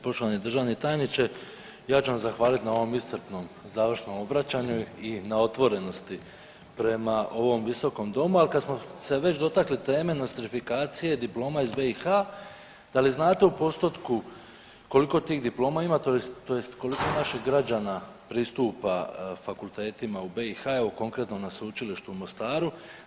Poštovani državni tajniče, ja ću vam zahvaliti na ovom iscrpnom završnom obraćanju i na otvorenosti prema ovom Visokom domu, ali kad smo se već dotakli teme nostrifikacije diploma iz BiH, da li znate u postotku koliko tih diploma ima, tj. koliko naših građana pristupa fakultetima u BiH, evo, konkretno, na Sveučilištu u Mostaru.